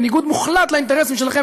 בניגוד מוחלט לאינטרסים שלכם,